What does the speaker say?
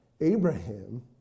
Abraham